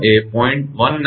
તેથી આ 𝜏𝑉1 એ 0